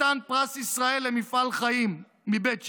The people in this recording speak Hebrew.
חתן פרס ישראל למפעל חיים מבית שאן,